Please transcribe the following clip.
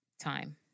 time